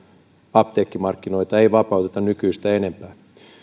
apteekkimarkkinoita ei vapauteta nykyistä enempää